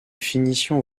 finitions